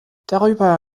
darüber